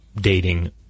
dating